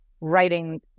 writing